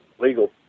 legal